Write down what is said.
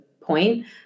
point